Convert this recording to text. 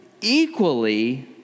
equally